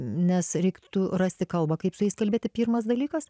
nes reiktų rasti kalbą kaip su jais kalbėti pirmas dalykas